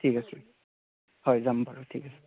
ঠিক আছে হয় যাম বাৰু